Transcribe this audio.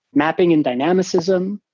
mapping and dynamism,